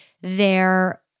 their-